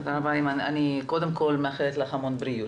אני מאחלת לך המון בריאות.